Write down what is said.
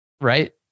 Right